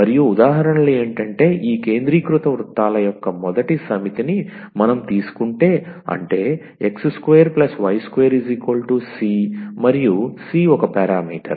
మరియు ఉదాహరణలు ఏంటంటేఈ కేంద్రీకృత వృత్తాల యొక్క మొదటి సమితిని మనం తీసుకుంటే అంటే 𝑥2 𝑦2 𝑐 మరియు c ఒక పారామీటర్